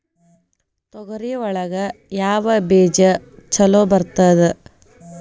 ತೊಗರಿ ಒಳಗ ಯಾವ ಬೇಜ ಛಲೋ ಬರ್ತದ?